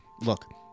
Look